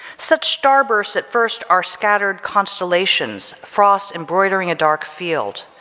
such starbursts at first are scattered constellations, frosts embroidering a dark field,